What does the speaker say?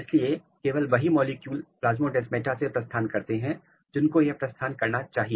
इसलिए केवल वही मॉलिक्यूल प्लास्मोडेस्माता से प्रस्थान कर सकते हैं जिनको यह प्रस्थान करना चाहिए